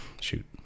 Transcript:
Shoot